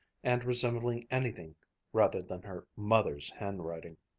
and resembling anything rather than her mother's handwriting.